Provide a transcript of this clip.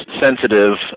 sensitive